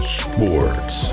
sports